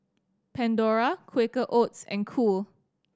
Pandora Quaker Oats and Cool